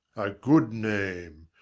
a good name!